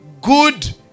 Good